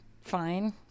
fine